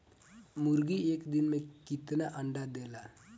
मुर्गी एक दिन मे कितना अंडा देला?